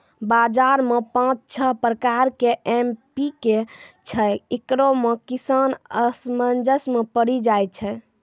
बाजार मे पाँच छह प्रकार के एम.पी.के छैय, इकरो मे किसान असमंजस मे पड़ी जाय छैय?